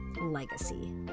legacy